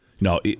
No